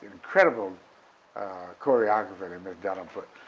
incredible choreography that miss dunham put.